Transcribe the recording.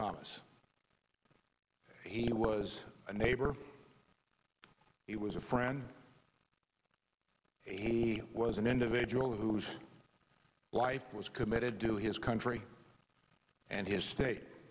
thomas he was a neighbor he was a friend he was an individual whose life was committed to his country and his state